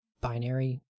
binary